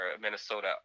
Minnesota